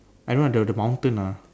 I know the the mountain ah